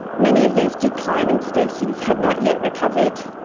many of these declining species had not yet recovered.